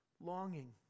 longing